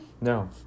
No